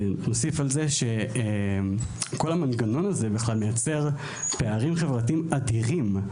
נוסיף על זה שכל המנגנון הזה בכלל מייצר פערים חברתיים אדירים.